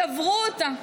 שברו אותה.